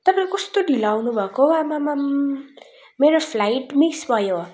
तपाईँ त कस्तो ढिलो आउनु भएको आम्ममामाम मेरो फ्लाइट मिस भयो